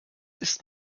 ist